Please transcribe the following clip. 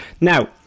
Now